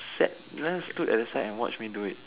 sat stood at the side and watch me do it